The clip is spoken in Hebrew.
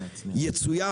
יצוין,